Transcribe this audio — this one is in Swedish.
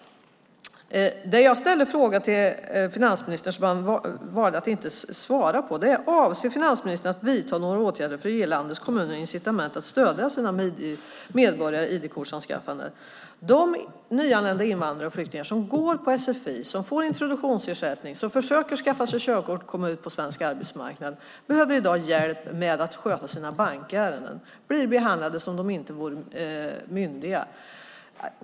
Den fråga jag ställde till finansministern som han valde att inte svara på var: Avser finansministern att vidta några åtgärder för att ge landets kommuner incitament för att stödja sina medborgare i ID-kortsanskaffandet? De nyanlända invandrare och flyktingar som går på sfi, som får introduktionsersättning och som försöker skaffa sig körkort och komma ut på svensk arbetsmarknad behöver i dag hjälp med att sköta sina bankärenden. De blir behandlade som om de inte vore myndiga.